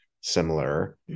similar